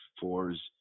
Fours